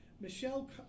Michelle